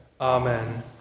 Amen